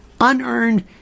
unearned